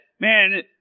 man